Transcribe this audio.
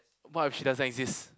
what if she doesn't exist